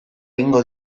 egingo